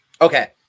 okay